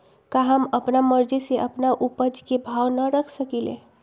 का हम अपना मर्जी से अपना उपज के भाव न रख सकींले?